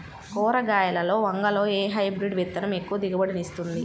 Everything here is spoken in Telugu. కూరగాయలలో వంగలో ఏ హైబ్రిడ్ విత్తనం ఎక్కువ దిగుబడిని ఇస్తుంది?